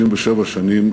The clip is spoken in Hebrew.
37 שנים